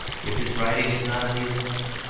if his writing is not amusing us,